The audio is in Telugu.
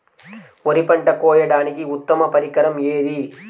వరి పంట కోయడానికి ఉత్తమ పరికరం ఏది?